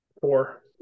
Four